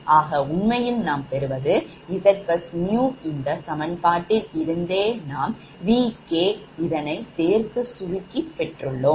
ஆக உண்மையில் நாம் பெறுவது ZbusNew இந்த சமன்பாட்டில் இருந்தே நாம் VKஇதனை சேர்த்து சுருக்கி பெற்றுள்ளோம்